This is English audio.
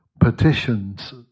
petitions